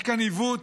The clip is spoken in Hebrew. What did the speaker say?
יש כאן עיוות,